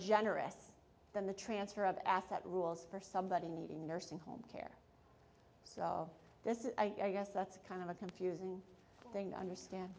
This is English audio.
generous than the transfer of asset rules for somebody needing nursing home care so this is i guess that's kind of a confusing thing to understand